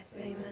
Amen